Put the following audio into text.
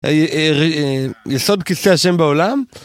יסוד כסא השם בעולם